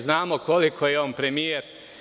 Znamo koliko je on premijer.